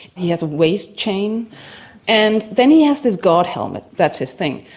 he has a waist chain and then he has this god helmet that's his thing.